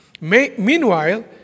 Meanwhile